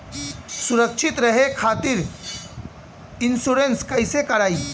सुरक्षित रहे खातीर इन्शुरन्स कईसे करायी?